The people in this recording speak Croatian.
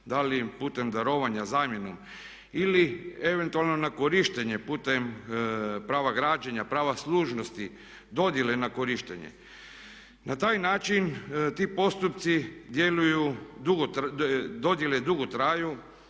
da li putem darovanja, zamjenom ili eventualno na korištenje putem prava građenja, prava služnosti, dodjele na korištenje. Na taj način ti postupci djeluju, dodjele dugo traju.